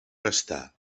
gastar